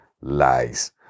lies